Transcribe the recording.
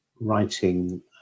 writing